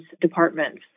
departments